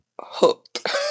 hooked